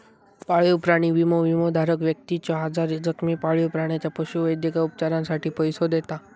पाळीव प्राणी विमो, विमोधारक व्यक्तीच्यो आजारी, जखमी पाळीव प्राण्याच्या पशुवैद्यकीय उपचारांसाठी पैसो देता